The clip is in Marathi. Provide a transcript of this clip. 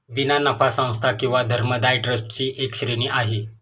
विना नफा संस्था किंवा धर्मदाय ट्रस्ट ची एक श्रेणी आहे